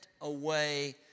away